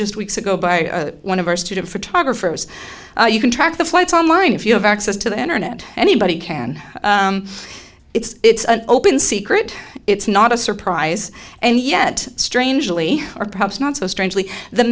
just weeks ago by one of our student photographers you can track the flights online if you have access to the internet anybody can it's an open secret it's not a surprise and yet strangely or perhaps not so strangely the